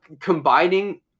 combining